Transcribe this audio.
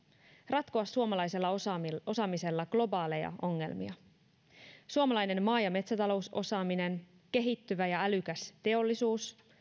ratkoa suomalaisella osaamisella globaaleja ongelmia suomalainen maa ja metsätalousosaaminen kehittyvä ja älykäs teollisuus